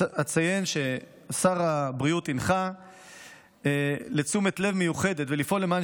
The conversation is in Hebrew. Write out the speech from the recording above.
אציין ששר הבריאות הנחה לתשומת לב מיוחדת ולפעול למען